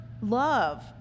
love